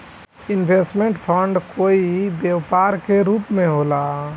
investment fund कोई व्यापार के रूप में होला